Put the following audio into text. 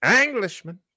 Englishman